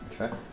Okay